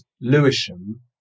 Lewisham